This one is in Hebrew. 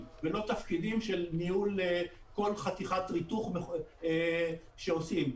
הוא לא צריך לעשות לי את מה שבגפ"מ עושה טכנאי של רמה 1 שמאשר.